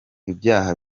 ibyaha